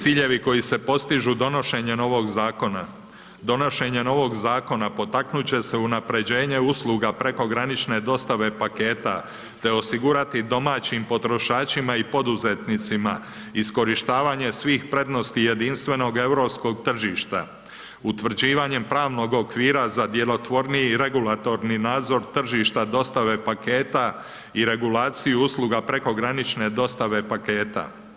Ciljevi koji se postižu donošenjem ovih zakon, donošenjem ovog zakona potaknut će se unapređenje usluga prekogranične dostave paketa te osigurati domaćim potrošačima i poduzetnicima iskorištavanje svih prednosti jedinstvenog europskog tržišta utvrđivanjem pravnog okvira za djelotvorniji regulatorni nadzor tržišta dostave paketa i regulaciju usluga prekogranične dostave paketa.